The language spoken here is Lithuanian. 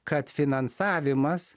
kad finansavimas